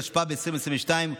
התשפ"ב 2022,